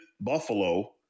Buffalo